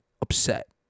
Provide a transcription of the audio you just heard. upset